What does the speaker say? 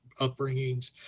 upbringings